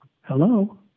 Hello